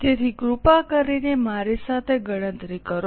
તેથી કૃપા કરીને મારી સાથે ગણતરી કરો